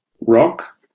rock